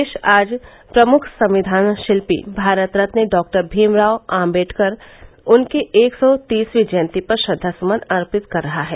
देश आज प्रमुख संविधान शिल्पी भारत रत्न डॉक्टर भीमराव आम्बेडकर उनके एक सौ तीसवीं जयंती पर श्रद्वा सुमन अर्पित कर रहा है